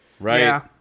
Right